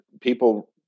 people